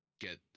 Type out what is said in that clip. get